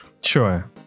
Sure